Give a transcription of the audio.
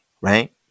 right